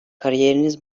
kariyeriniz